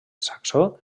saxó